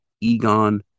egon